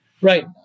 Right